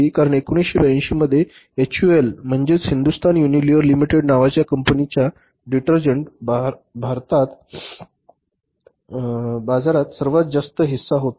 कारण 1982 मध्ये HUL म्हणजेच हिंदुस्तान युनिलिव्हर लिमिटेड नावाच्या कंपनीचा डिटर्जंट बाजारात सर्वात जास्त हिस्सा होता